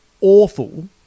awful